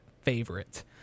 favorite